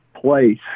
place